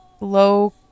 low